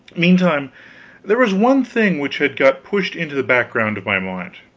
meantime there was one thing which had got pushed into the background of my mind.